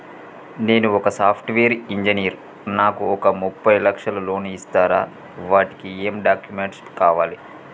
నేను ఒక software engineer నాకు ఒక ముప్పై లక్షల లోన్ ఇస్తరా? వాటికి ఏం డాక్యుమెంట్స్ కావాలి?